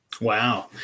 Wow